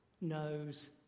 knows